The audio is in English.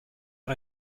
but